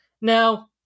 Now